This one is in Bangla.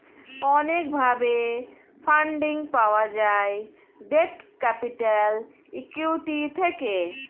অনেক ভাবে ফান্ডিং পাওয়া যায় ডেট ক্যাপিটাল, ইক্যুইটি থেকে